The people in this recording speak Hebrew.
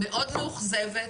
מאוד מאוכזבת,